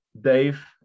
Dave